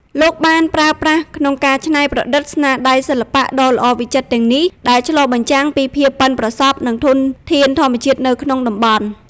លោកបានប្រើប្រាស់ក្នុងការច្នៃប្រឌិតស្នាដៃសិល្បៈដ៏ល្អវិចិត្រទាំងនេះ ដែលឆ្លុះបញ្ចាំងពីភាពប៉ិនប្រសប់ និងធនធានធម្មជាតិនៅក្នុងតំបន់។